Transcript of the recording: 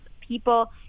people